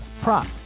prop